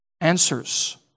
answers